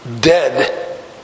dead